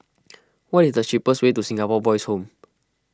what is the cheapest way to Singapore Boys' Home